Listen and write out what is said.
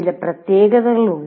ചില പ്രത്യേകതകളുണ്ട്